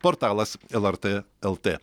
portalas lrt lt